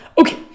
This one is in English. Okay